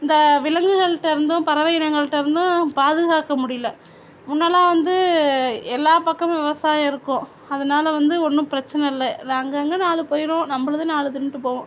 இந்த விலங்குகள்ட்ட இருந்தும் பறவை இனங்கள்ட்ட இருந்தும் பாதுகாக்க முடியல முன்னெ எல்லாம் வந்து எல்லா பக்கமும் விவசாயம் இருக்கும் அதனால் வந்து ஒன்றும் பிரச்சனை இல்லை ந அங்கங்கே நாலு போயிரும் நம்பளுது நாலு தின்னுகிட்டு போவும்